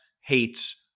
hates